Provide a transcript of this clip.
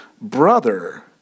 brother